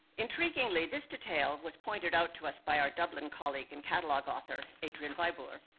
intriguingly, this detail was pointed out to us by our dublin colleague and cattelogue author, adriaan waiboer.